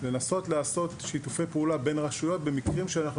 לנסות לעשות שיתופי פעולה בין רשויות במקרים שאנחנו